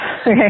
okay